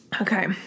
Okay